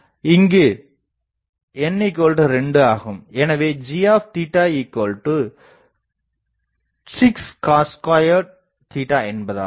இங்கு n2 ஆகும் எனவே g6cos2 என்பதாகும்